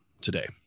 today